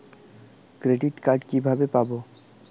Credit card কিভাবে পাব?